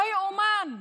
לא ייאמן.